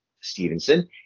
Stevenson